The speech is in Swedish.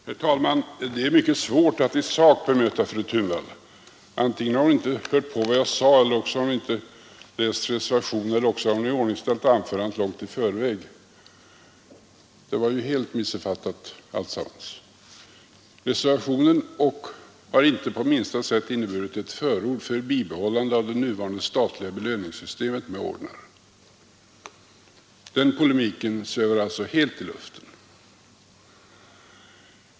Herr talman! Det är mycket svårt att i sak bemöta fru Thunvall. Antingen har hon inte hört på vad jag sade eller också har hon inte läst reservationen eller också har hon iordningställt sitt anförande långt i förväg. Hon hade helt missuppfattat alltsammans. Reservationen innebär inte på något sätt ett förord för ett bibehållande av det nuvarande statliga belöningssystemet med ordnar. Polemiken på den punkten svävar alltså helt i luften.